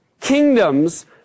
kingdoms